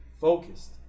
focused